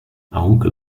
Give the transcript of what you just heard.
aunque